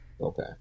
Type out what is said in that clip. okay